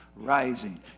rising